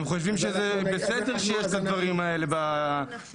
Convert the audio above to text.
הם חושבים שזה בסדר כשיש את הדברים האלה באריזות.